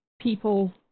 people